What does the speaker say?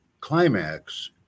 climax